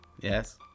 yes